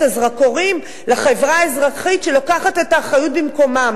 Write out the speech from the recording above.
הזרקורים לחברה האזרחית שלוקחת את האחריות במקומם.